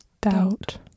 doubt